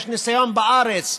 יש ניסיון בארץ,